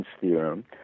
theorem